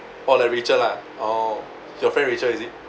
orh like rachel lah orh your friend rachel is it